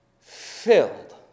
filled